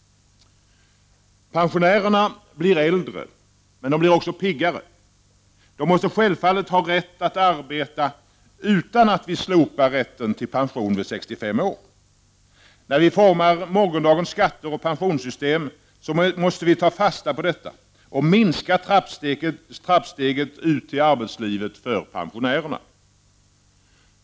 Pensionärerna blir äldre men också piggare. De måste självfallet ha rätt att arbeta utan att rätten till pension vid 65 år slopas. När vi formar morgondagens skatter och pensionssystem måste vi ta fasta på detta och minska trappsteget ut till arbetslivet för pensionärerna.